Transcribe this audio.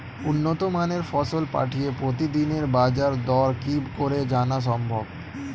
উন্নত মানের ফসল পাঠিয়ে প্রতিদিনের বাজার দর কি করে জানা সম্ভব?